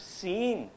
seen